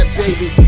baby